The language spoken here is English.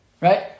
right